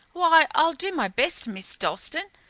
why, i'll do my best, miss dalstan,